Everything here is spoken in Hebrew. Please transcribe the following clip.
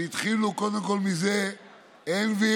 אין,